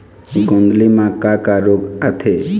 गोंदली म का का रोग आथे?